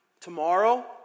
Tomorrow